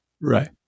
Right